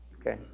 Okay